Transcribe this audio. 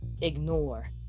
ignore